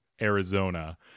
Arizona